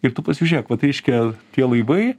ir tu pasižiūrėk vat reiškia tie laivai